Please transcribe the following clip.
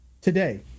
today